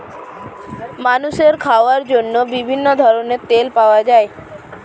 মানুষের খাওয়ার জন্য বিভিন্ন ধরনের তেল পাওয়া যায়